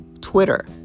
Twitter